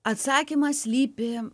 atsakymas slypi